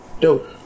dope